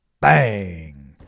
bang